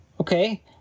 Okay